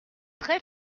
très